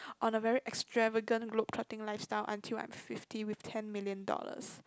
on a very extravagance globe trotting life style until I'm fifty with ten million dollars